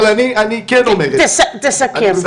תסכם.